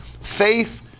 faith